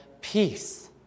peace